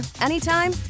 anytime